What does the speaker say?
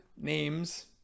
names